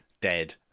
dead